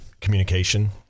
communication